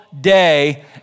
day